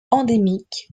endémique